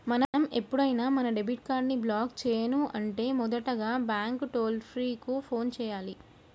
మనం ఎప్పుడైనా మన డెబిట్ కార్డ్ ని బ్లాక్ చేయను అంటే మొదటగా బ్యాంకు టోల్ ఫ్రీ కు ఫోన్ చేయాలి